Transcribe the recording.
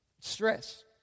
stress